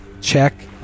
Check